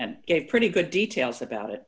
and a pretty good details about it